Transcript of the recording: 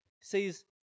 Says